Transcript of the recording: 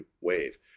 wave